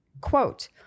quote